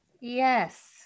Yes